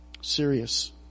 Serious